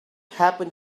happen